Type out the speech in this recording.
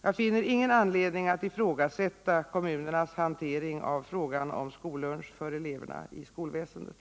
Jag finner ingen anledning att ifrågasätta kommunernas hantering av frågan om skollunch för eleverna i skolväsendet.